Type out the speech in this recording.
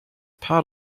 part